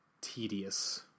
tedious